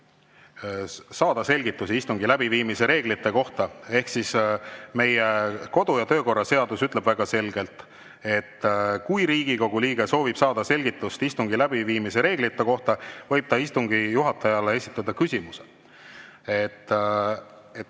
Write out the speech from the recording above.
saada selgitusi istungi läbiviimise reeglite kohta. Meie kodu‑ ja töökorra seadus ütleb väga selgelt, et kui Riigikogu liige soovib saada selgitust istungi läbiviimise reeglite kohta, võib ta istungi juhatajale esitada küsimuse.